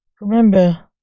Remember